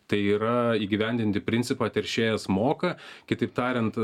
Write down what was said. tai yra įgyvendinti principą teršėjas moka kitaip tariant